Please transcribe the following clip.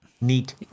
Neat